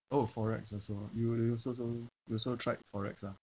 orh forex also ah you you so so you also tried forex ah